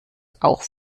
auch